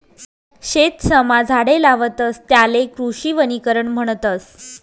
शेतसमा झाडे लावतस त्याले कृषी वनीकरण म्हणतस